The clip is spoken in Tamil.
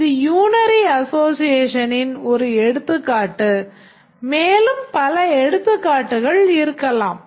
இது unary அசோசியேஷனின் ஒரு எடுத்துக்காட்டு மேலும் பல எடுத்துக்காட்டுகள் இருக்கலாம்